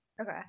okay